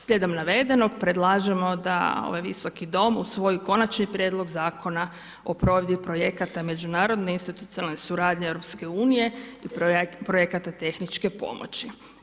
Slijedom navedenog, predlažemo da ovaj Visoki dom usvoji Konačni prijedlog Zakona o provedbi projekata međunarodne institucionalne suradnje EU-a i projekata tehničke pomoći.